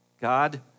God